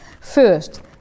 First